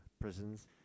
prisons